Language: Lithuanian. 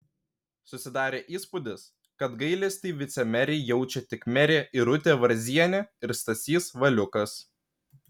susidarė įspūdis kad gailestį vicemerei jaučia tik merė irutė varzienė ir stasys valiukas